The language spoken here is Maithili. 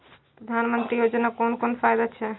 प्रधानमंत्री योजना कोन कोन फायदा छै?